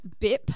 bip